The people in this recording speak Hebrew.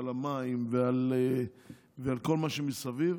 על המים ועל כל מה שמסביב,